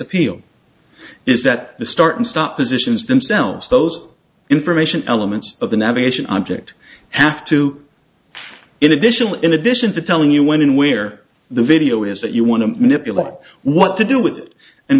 appeal is that the start and stop positions themselves those information elements of the navigation object have to in addition in addition to telling you when and where the video is that you want to manipulate or what to do wit